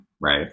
right